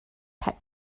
pet